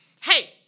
hey